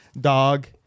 dog